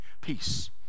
peace